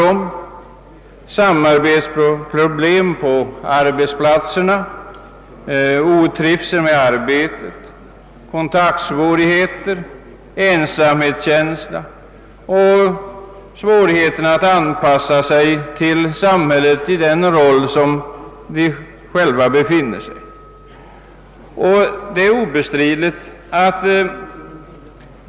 Det kan gälla samarbetsproblem på arbetsplatserna, otrivsel med arbetet, kontaktsvårigheter, ensamhetskänsla och svårigheter att anpassa sig till samhället i den situation vari man befinner sig.